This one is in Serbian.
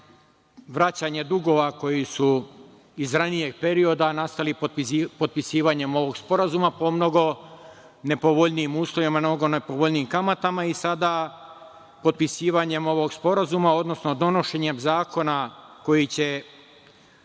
vraćanje dugova koji su iz ranijeg perioda nastali potpisivanjem ovog sporazuma po mnogo nepovoljnijim uslovima, mnogo nepovoljnijim kamatama i sada, potpisivanjem ovog sporazuma, donošenjem zakona koji će